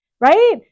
right